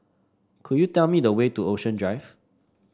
could you tell me the way to Ocean Drive